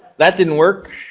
that didn't work.